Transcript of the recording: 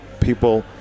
people